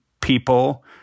people